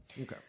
Okay